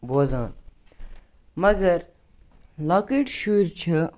بوزان مَگر لۄکٔٹۍ شُرۍ چھِ